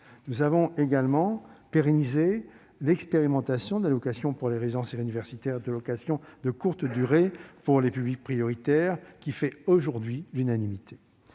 Nous avons également pérennisé l'expérimentation par les résidences universitaires de locations de courte durée pour les publics prioritaires, qui fait aujourd'hui l'unanimité.